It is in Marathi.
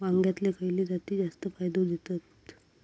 वांग्यातले खयले जाती जास्त फायदो देतत?